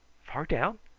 far down?